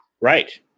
Right